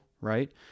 right